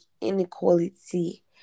inequality